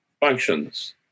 functions